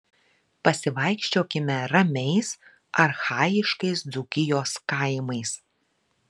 pasivaikščiokime ramiais archaiškais dzūkijos kaimais